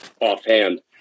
offhand